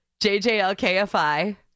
JJLKFI